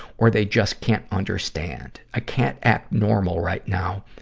or they just can't understand. i can't act normal right now.